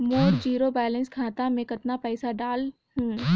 मोर zero balance खाता मे कतना पइसा डाल हूं?